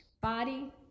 body